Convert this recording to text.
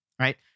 Right